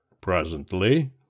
Presently